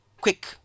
quick